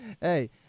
Hey